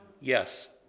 yes